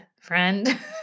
friend